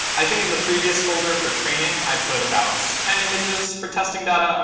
i think in the previous folder for training i put about ten images for testing data. um